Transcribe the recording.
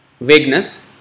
vagueness